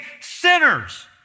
sinners